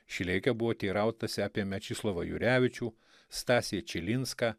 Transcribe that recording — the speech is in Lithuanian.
šileike buvo teirautasi apie mečislovą jurevičių stasį čilinską